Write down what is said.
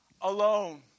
alone